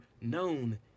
known